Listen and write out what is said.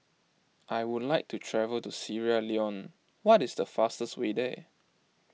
I would like to travel to Sierra Leone what is the fastest way there